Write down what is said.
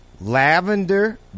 Lavender